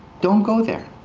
don't go there.